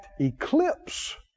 eclipse